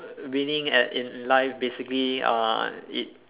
winning at in life basically uh it